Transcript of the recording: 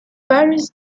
various